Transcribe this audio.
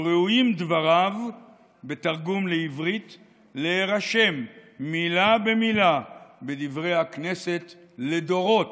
וראויים דבריו בתרגום לעברית להירשם מילה במילה בדברי הכנסת לדורות,